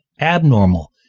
abnormal